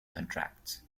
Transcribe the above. contracts